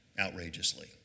outrageously